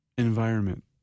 environment